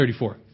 34